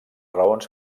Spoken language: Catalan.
raons